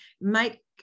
make